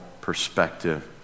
perspective